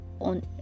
on